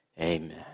amen